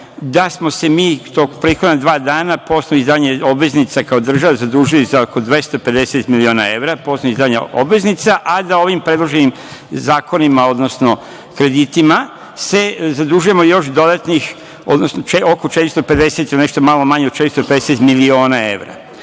da smo se mi prethodna dva dana po osnovu izdavanja obveznica kao država zadužili za oko 250 miliona evra po osnovu izdavanja obveznica, a da ovim predloženim zakonima, odnosno kreditima, se zadužujemo još dodatnih oko 450 ili nešto